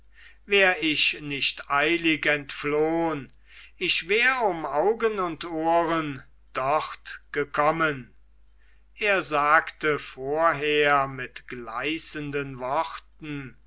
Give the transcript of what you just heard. wär ich nicht eilig entflohn ich wär um augen und ohren dort gekommen er sagte vorher mit gleisenden worten